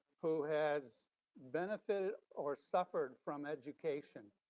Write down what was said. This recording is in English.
who has benefited or suffered from education,